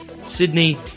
Sydney